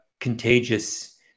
contagious